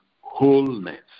wholeness